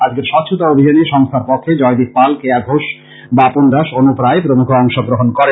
আজকের স্বচ্ছতা অভিযানে সংস্থার পক্ষে জয়দীপ পাল কেয়া ঘোষ বাপন দাস অনুপ রায় প্রমূখ অংশগ্রহন করেন